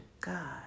God